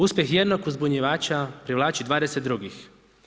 Uspjeh jednog uzbunjivača privlači 20 drugih.